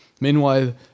Meanwhile